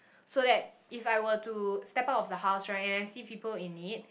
so that if I were to step out of the house right and I see people in need